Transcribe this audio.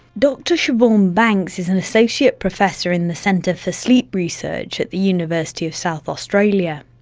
dr siobhan banks is an associate professor in the centre for sleep research at the university of south australia.